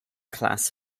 class